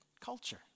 culture